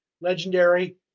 legendary